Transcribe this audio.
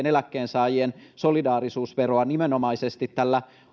eläkkeensaajien solidaarisuusveroa nimenomaisesti tällä